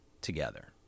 together